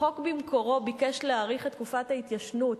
החוק במקורו ביקש להאריך את תקופת ההתיישנות